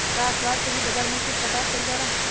का अखबार से भी बजार मूल्य के पता चल जाला?